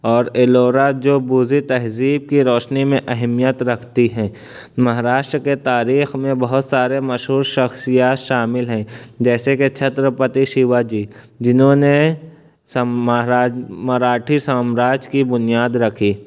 اور ایلورا جو بوزی تہذیب کی روشنی میں اہمیت رکھتی ہے مہاراشٹر کے تاریخ میں بہت سارے مشہور شخصیات شامل ہیں جیسے کہ چھترپتی شیوا جی جنہوں نے مراٹھی سامراج کی بنیاد رکھی